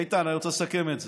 איתן, אני רוצה לסכם את זה.